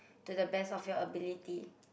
to the best of your ability